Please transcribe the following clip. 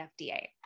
FDA